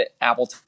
Apple